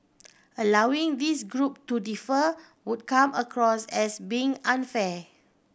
allowing this group to defer would come across as being unfair